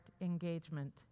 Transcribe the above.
engagement